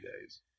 days